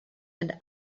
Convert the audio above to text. and